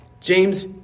James